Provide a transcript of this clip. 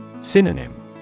Synonym